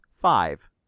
five